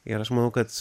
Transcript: ir aš manau kad